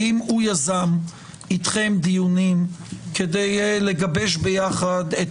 האם הוא יזם איתכם דיונים כדי לגבש ביחד את